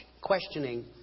questioning